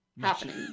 happening